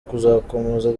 kuzakomeza